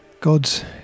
God's